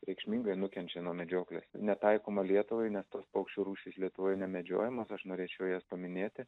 reikšmingai nukenčia nuo medžioklės netaikoma lietuvai nes tos paukščių rūšys lietuvoj nemedžiojamos aš norėčiau jas paminėti